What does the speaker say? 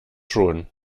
schon